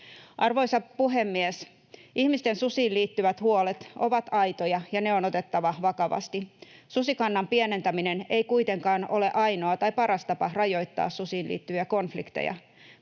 Arvoisa puhemies! Ihmisten susiin liittyvät huolet ovat aitoja, ja ne on otettava vakavasti. Susikannan pienentäminen ei kuitenkaan ole ainoa tai paras tapa rajoittaa susiin liittyviä konflikteja.